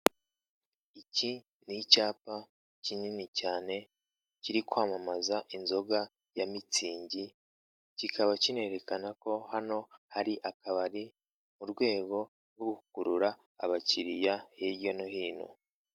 Iki ni icyapa kinini cyane kiri kwamamaza inzoga ya mitzing, kikaba kinerekana ko hano hari akabari mu rwego rwo gukurura abakiriya hirya no hino.